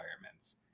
environments